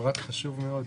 פרט חשוב מאוד.